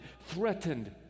threatened